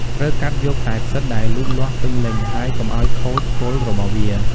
ត្រូវកាត់យកតែផ្សិតដែលលូតលាស់ពេញលេញ ហើយកុំឲ្យខូចគល់របស់វា។